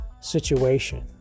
situation